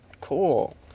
Cool